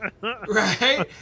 right